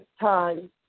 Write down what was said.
time